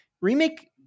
remake